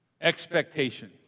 expectation